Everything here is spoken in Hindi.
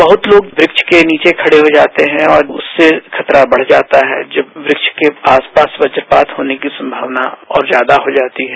बहुत लोग वृक्ष के नीचे खड़ेहो जाते है और उससे खतरा बढ़ जाता है जब वृक्ष के आसपास वजपात होने की संभावना औरज्यादा हो जाती है